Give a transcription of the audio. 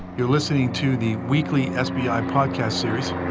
you're listening to the weekly sbi podcast series.